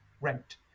rent